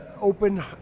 open